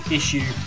issue